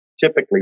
typically